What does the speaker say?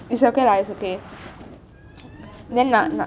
it's okay lah it's okay